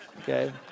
Okay